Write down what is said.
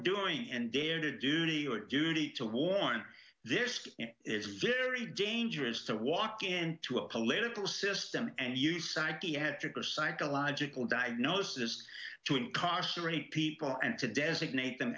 doing and dared a duty or duty to warn this is very dangerous to walk into a political system and use psychiatric or psychological diagnosis to incarcerate people and to designate them